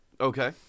Okay